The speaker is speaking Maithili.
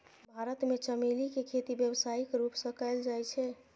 भारत मे चमेली के खेती व्यावसायिक रूप सं कैल जाइ छै